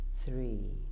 three